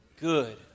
Good